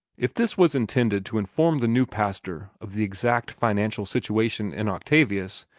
if this was intended to inform the new pastor of the exact financial situation in octavius,